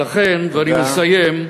ולכן, ואני מסיים,